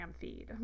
feed